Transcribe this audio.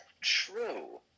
true